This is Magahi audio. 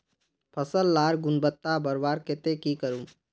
फसल लार गुणवत्ता बढ़वार केते की करूम?